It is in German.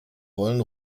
wollen